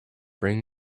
bring